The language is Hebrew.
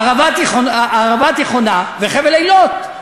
ערבה תיכונה וחבל אילות,